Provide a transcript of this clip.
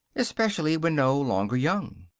especially when no longer young.